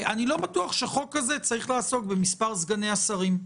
אני לא בטוח שהחוק הזה צריך לעסוק במספר סגני השרים,